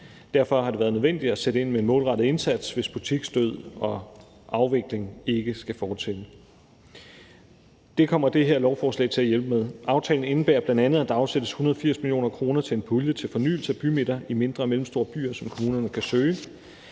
Derfor har det været nødvendigt at sætte ind med en målrettet indsats, hvis butiksdød og afvikling ikke skal fortsætte. Det kommer det her lovforslag til at hjælpe med. Aftalen indebærer bl.a., at der afsættes 180 mio. kr. til en pulje til fornyelse af bymidter i mindre og mellemstore byer, som kommunerne kan søge.